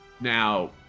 now